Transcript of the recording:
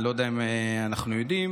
אני לא יודע אם אנחנו יודעים,